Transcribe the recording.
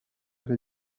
del